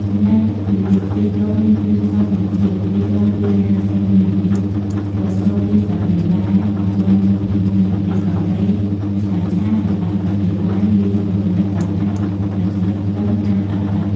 ចំណែកទឹកជ្រលក់ខ្ទិះដូងមានគ្រឿងផ្សំដូចជា ខ្ទិះដូង ២៥០ មីលីលីត្រ ស្ករស ២ ស្លាបព្រាបាយ អំបិល១ភាគ៤ស្លាបព្រាកាហ្វេ ម្សៅឆាកន្លះស្លាបព្រាបាយលាយជាមួយទឹកឱ្យខាប់ និង ស្លឹកខ្ទឹមហាន់ល្អិតៗ។